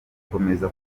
gukomeza